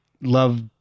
love